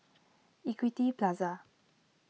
Equity Plaza